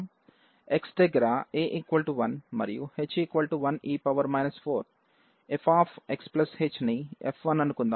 x దగ్గర a 1 మరియు h 1 e 4